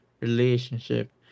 relationship